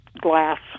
glass